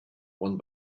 one